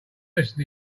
lesson